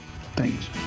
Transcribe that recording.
Thanks